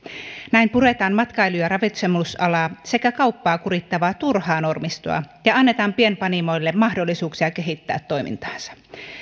näin puretaan matkailu ja ravitsemusalaa sekä kauppaa kurittavaa turhaa normistoa ja annetaan pienpanimoille mahdollisuuksia kehittää toimintaansa